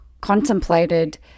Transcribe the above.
contemplated